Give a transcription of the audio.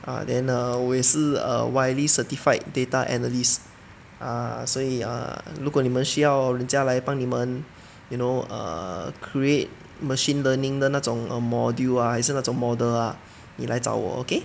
ah then err 我也是 err widely certified data analyst ah 所以 err 如果你们需要人家来帮你们 you know err create machine learning 的那种 err module ah 还是那种 err model ah 你来找我 okay